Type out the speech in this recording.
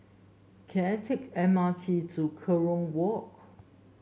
can I take M R T to Kerong Walk